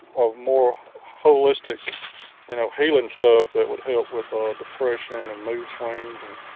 of more holistic you know healing stuff that would help with ah depression and mood swings and